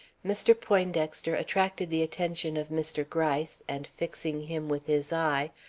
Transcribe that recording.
mr. poindexter attracted the attention of mr. gryce, and, fixing him with his eye,